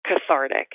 cathartic